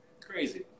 crazy